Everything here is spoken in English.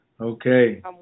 Okay